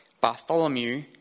Bartholomew